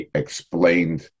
explained